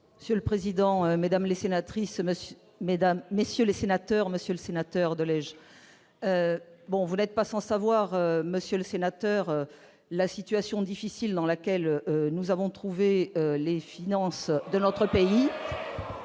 armées. Le président, mesdames les sénatrices Monsieur mesdames, messieurs les sénateurs, Monsieur le Sénateur de linge, bon, vous n'êtes pas sans savoir, Monsieur le Sénateur la situation difficile dans laquelle nous avons trouvé les finances de notre pays.